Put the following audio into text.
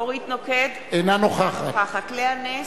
אינה נוכחת לאה נס,